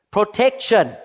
Protection